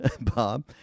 Bob